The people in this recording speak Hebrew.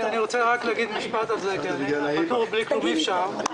אני רוצה להגיד על זה משפט כי פטור בלי כלום אי אפשר.